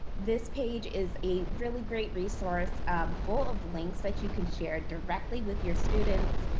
this page is a really great resource full of links that you can share directly with your students.